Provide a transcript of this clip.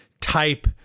type